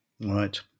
Right